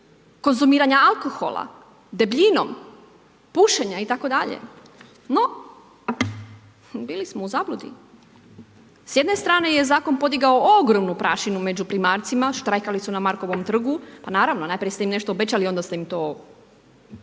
konzumiranja alkohola, debljinom, pušenja itd. no bili smo u zabludi. S jedne strane je zakon podigao ogromnu prašinu među primarcima, štrajkali su na Markovom trgu pa naravno, najprije ste im nešto obećali, onda ste im to